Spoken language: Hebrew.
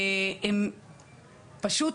הם פשוט